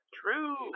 True